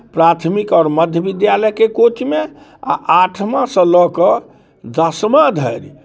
प्राथमिक आओर मध्य विद्यालयके कोटिमे आ आठवाँसँ लऽ कऽ दसमा धरि